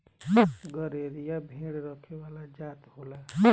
गरेरिया भेड़ रखे वाला जात होला